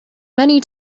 many